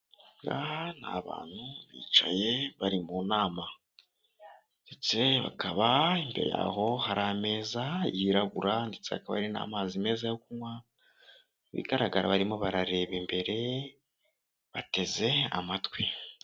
Abangaba ni abantu bicaye bari mu nama ndetse bakaba imbere aho hari ameza yiraburaba ndetse n'amazi meza yo kunywa bigaragara barimo barareba imbere bateze amatwi.